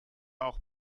auch